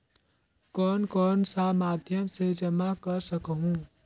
कौन कौन सा माध्यम से जमा कर सखहू?